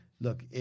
Look